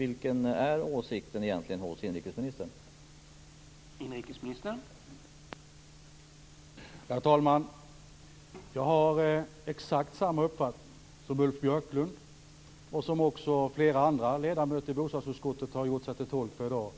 Vilken är egentligen inrikesministerns åsikt?